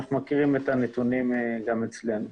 אנחנו מכירים את הנתונים גם אצלנו.